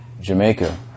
Jamaica